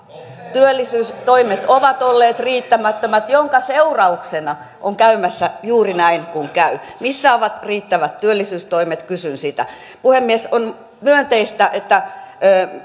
työllisyystoimet ovat olleet riittämättömät minkä seurauksena on käymässä juuri näin kuin käy kysyn missä ovat riittävät työllisyystoimet puhemies on myönteistä että